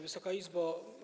Wysoka Izbo!